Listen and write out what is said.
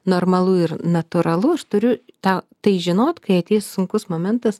normalu ir natūralu aš turiu tą tai žinot kai ateis sunkus momentas